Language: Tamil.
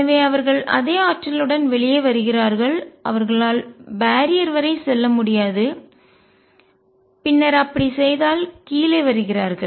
எனவே அவர்கள் அதே ஆற்றலுடன் வெளியே வருகிறார்கள் அவர்களால் பேரியர் தடை வரை செல்ல முடியாது பின்னர் அப்படி செய்தால் கீழே வருகிறார்கள்